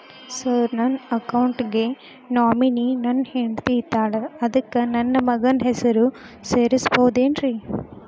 Sir ನನ್ನ account ಗೆ nominee ನನ್ನ ಹೆಂಡ್ತಿ ಇದ್ದಾಳ ಅದಕ್ಕ ನನ್ನ ಮಗನ ಹೆಸರು ಸೇರಸಬಹುದೇನ್ರಿ?